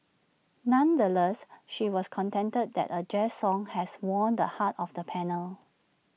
nonetheless she was contented that A jazz song has won the hearts of the panel